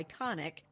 iconic